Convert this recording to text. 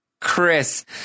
Chris